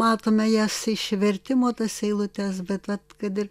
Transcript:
matome jas iš vertimo tas eilutes bet vat kad ir